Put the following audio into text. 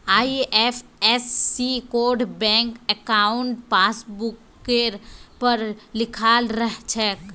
IFSC code bank अंकाउट पासबुकवर पर लिखाल रह छेक